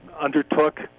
undertook